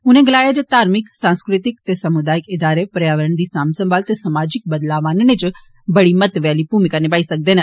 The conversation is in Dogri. उनें गलाया जे धार्मिक सांस्कृतिक ते समुदायिक इदारे पर्यावरण दी सांभ सम्माल ते समाजी बदलाव आनने च बड़ी महत्वै आली भूमिका निभाई सकदे न